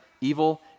evil